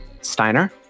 Steiner